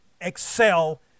excel